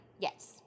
Yes